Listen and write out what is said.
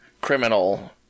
criminal